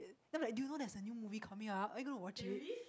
then I'm like do you know there's a new movie coming up are you going to watch it